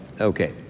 Okay